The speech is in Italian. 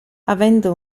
avendo